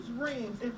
rings